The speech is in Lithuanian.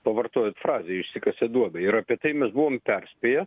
pavartojot frazę išsikasė duobę ir apie tai mes buvom perspėję